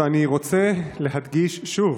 אני רוצה להדגיש שוב: